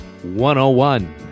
101